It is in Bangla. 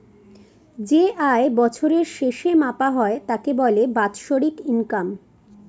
যে আয় বছরের শেষে মাপা হয় তাকে বলে বাৎসরিক ইনকাম